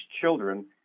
children